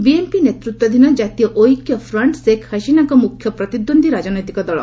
BMP ନେତୃତ୍ୱାଧୀନ Jatiya Oikya Front Sheikh ହସିନାଙ୍କ ମୁଖ୍ୟ ପ୍ରତିଦ୍ୱନ୍ଦୀ ରାଜନୈତିକ ଦଳ